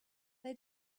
they